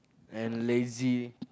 and lazy